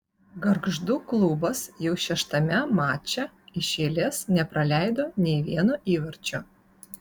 gargždų klubas jau šeštame mače iš eilės nepraleido nei vieno įvarčio